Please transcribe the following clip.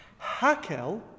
Hakel